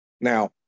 Now